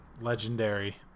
Legendary